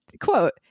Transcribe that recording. quote